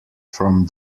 from